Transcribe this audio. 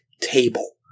table